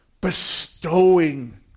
bestowing